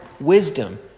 wisdom